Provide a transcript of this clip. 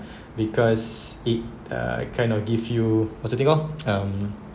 because it uh kind of give you what's the thing called mm